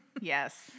Yes